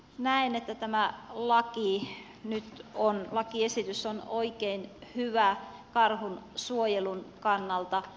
näen että tämä lakiesitys nyt on oikein hyvä karhun suojelun kannalta